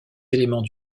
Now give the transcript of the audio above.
éléments